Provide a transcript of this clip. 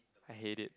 I hate it